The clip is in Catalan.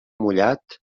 mullat